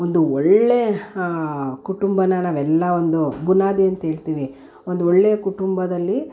ಒಂದು ಒಳ್ಳೇ ಕುಟುಂಬನ ನಾವೆಲ್ಲ ಒಂದು ಬುನಾದಿ ಅಂತ ಹೇಳ್ತೀವಿ ಒಂದು ಒಳ್ಳೆಯ ಕುಟುಂಬದಲ್ಲಿ